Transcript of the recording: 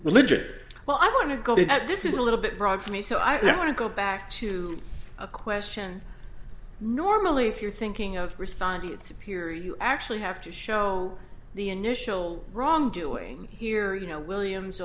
religare well i want to go to that this is a little bit broad for me so i want to go back to a question normally if you're thinking of respondeat superior you actually have to show the initial wrongdoing here you know williams